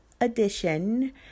edition